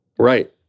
Right